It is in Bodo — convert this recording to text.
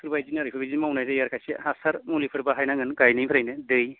बेबायदिनो आरो बिदि मावनाय जायो खायसे हासार मुलिफोर बाहायनांगोन गायनायनिफ्रायनो दै